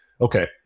Okay